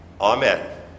Amen